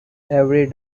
every